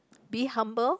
be humble